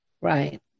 Right